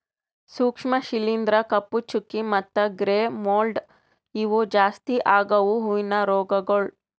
ಸೂಕ್ಷ್ಮ ಶಿಲೀಂಧ್ರ, ಕಪ್ಪು ಚುಕ್ಕಿ ಮತ್ತ ಗ್ರೇ ಮೋಲ್ಡ್ ಇವು ಜಾಸ್ತಿ ಆಗವು ಹೂವಿನ ರೋಗಗೊಳ್